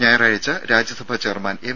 ഞായറാഴ്ച്ച Rajya Sabha chairman M